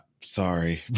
sorry